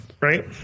right